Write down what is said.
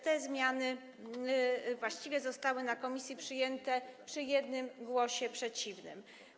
Te zmiany właściwie zostały w komisji przyjęte przy jednym głosie przeciwnym.